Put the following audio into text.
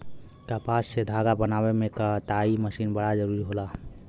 कपास से धागा बनावे में कताई मशीन बड़ा जरूरी होला